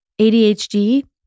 ADHD